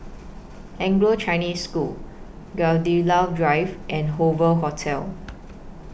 Anglo Chinese School Gladiola Drive and Hoover Hotel